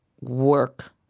work